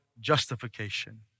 justification